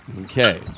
Okay